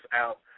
out